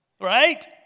Right